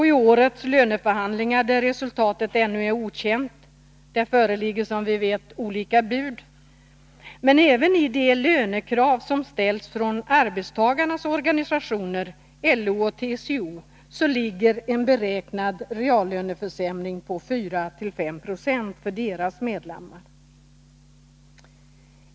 I årets löneförhandlingar, där resultatet ännu är okänt, föreligger som vi vet olika bud, men även i de lönekrav som ställts av arbetstagarnas organisationer, LO och TCO, ligger en beräknad reallöneförsämring på 4-5 Ye för deras medlemmar.